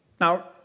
Now